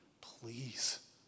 please